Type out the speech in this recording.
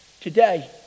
Today